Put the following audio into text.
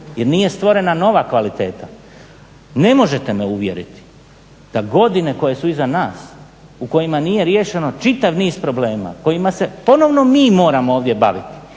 jer nije stvorena nova kvaliteta. Ne možete me uvjeriti da godine koje su iza nas, u kojima nije riješeno čitav niz problema kojima se ponovno mi moramo baviti